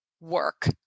work